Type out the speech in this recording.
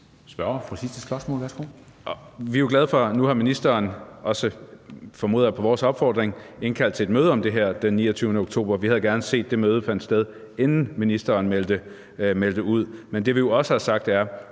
vores opfordring, formoder jeg – har indkaldt til et møde om det her den 29. oktober. Vi havde gerne set, at det møde havde fundet sted, inden ministeren meldte noget ud. Men det, vi jo også har sagt, er,